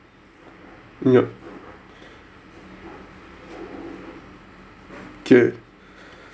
yup